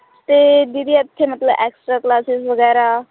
ਅਤੇ ਦੀਦੀ ਇੱਥੇ ਮਤਲਬ ਐਕਸਟਰਾ ਕਲਾਸਿਸ ਵਗੈਰਾ